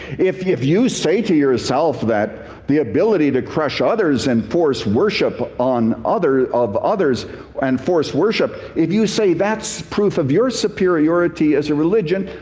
if you if you say to yourself that the ability to crush others and force worship on other of others and force worship, if you say that's proof of your superiority as a religion,